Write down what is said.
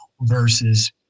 versus